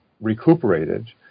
recuperated